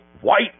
White